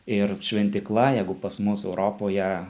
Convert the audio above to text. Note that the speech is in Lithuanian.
ir šventykla jeigu pas mus europoje